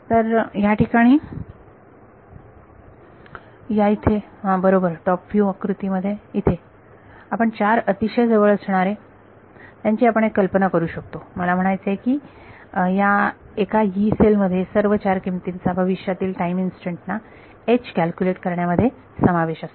तर या ठिकाणी या येथे बरोबर टॉप व्ह्यू आकृती इथे आपण चार अतिशय जवळ असणारे त्यांची आपण कल्पना करू शकतो मला म्हणायचे आहे की एका यी सेल मध्ये सर्व चार किमतींचा भविष्यातील टाईम इन्स्टंट ना कॅल्क्युलेट करण्यामध्ये समावेश असतो